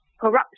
corruption